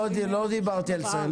לא דיברתי על זה.